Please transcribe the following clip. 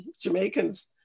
Jamaicans